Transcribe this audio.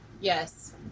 yes